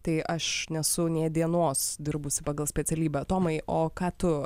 tai aš nesu nė dienos dirbusi pagal specialybę tomai o ką tu